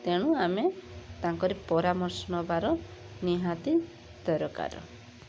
ତେଣୁ ଆମେ ତାଙ୍କରି ପରାମର୍ଶ ନେବାର ନିହାତି ଦରକାର